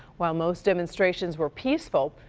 while most demonstrations were peaceful,